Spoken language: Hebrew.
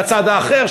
בצד האחר,